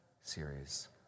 series